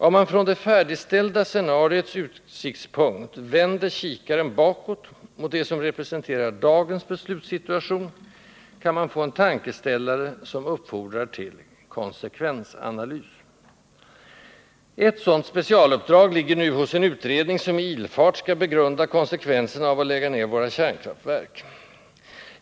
Om man från det färdigställda scenariets utsiktspunkt vänder kikaren bakåt mot det som representerar dagens beslutssituation kan man få en tankeställare, som uppfordrar till konsekvensanalys. Ett sådant specialuppdrag ligger nu hos en utredning som i ilfart skall begrunda konsekvenserna av att lägga ned våra kärnkraftverk.